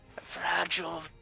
Fragile